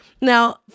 Now